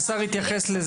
השר התייחס לזה,